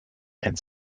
and